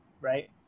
Right